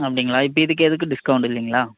அப்படிங்களா இப்போ இதுக்கு எதுக்கும் டிஸ்கௌண்டு இல்லைங்களா